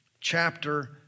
chapter